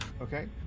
Okay